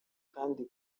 kandi